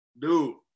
Dude